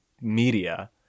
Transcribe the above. media